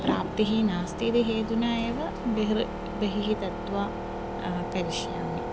प्राप्तिः नास्ति इति हेतुना एव बहिः बहिः दत्वा करिष्यामि